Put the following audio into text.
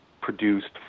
produced